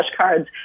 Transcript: flashcards